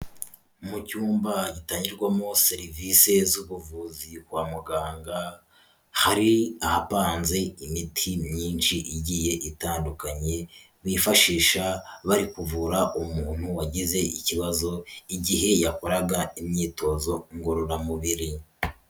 Mu cyumba gitangirwarwamo serivisi z'ubuvuzi kwa muganga, hari ahapanze imiti myinshi igiye itandukanye, bifashisha bari kuvura umuntu wagize ikibazo igihe yakoraga imyitozo ngororamubiri.